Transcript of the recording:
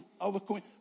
overcoming